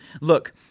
Look